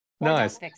Nice